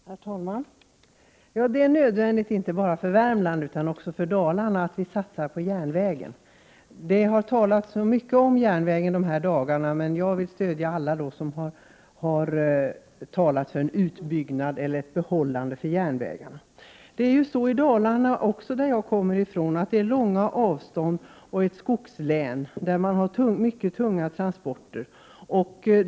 Herr talman! Det är nödvändigt inte bara för Värmland utan även för Dalarna att man satsar på järnvägen. Det har talats mycket om järnvägen under de senaste dagarna, och jag vill stödja alla som har talat för en utbyggnad och ett bibehållande av järnvägarna. Dalarna, som jag kommer ifrån, är ett skogslän och avstånden är långa. I Dalarna görs många tunga transporter.